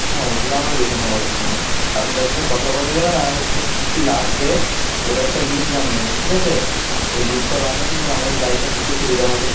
হ্যাঁ ওগুলো আমরা দেখে নেবো অসুবিধা নেই আপনি তার সাথে কথা বলে নেবেন আর হচ্ছে কি কি লাগবে ওটার একটা লিস্ট বানিয়ে নেবেন ঠিক আছে ওই লিস্টটা বানিয়ে নিলে আমাদের লাইটটা দিতে সুবিধা হবে